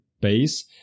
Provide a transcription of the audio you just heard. base